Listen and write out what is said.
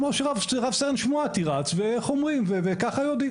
רב סרן שמועתי רץ וככה יודעים.